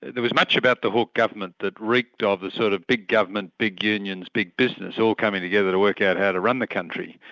there was much about the hawke government that reeked of the sort of big government, big big unions, big business, all coming together to work out how to run the country,